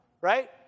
right